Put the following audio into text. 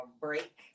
break